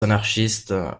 anarchistes